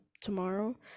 tomorrow